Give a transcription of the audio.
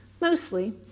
mostly